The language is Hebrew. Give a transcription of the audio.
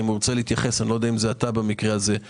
אם זה אתה, תתייחס.